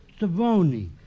Savoni